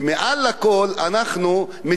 אנחנו מצילים חיי אדם.